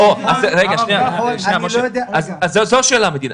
אני לא יודע --- אז זו השאלה, מדינה.